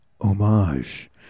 Homage